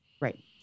Right